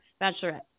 Bachelorette